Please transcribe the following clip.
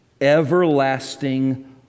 everlasting